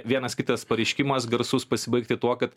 vienas kitas pareiškimas garsus pasibaigti tuo kad